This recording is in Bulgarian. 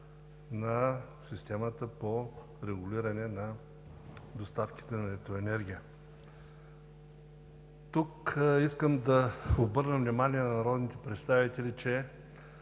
на системата по регулиране на доставките на електроенергия. Тук искам да обърна внимание на народните представители, че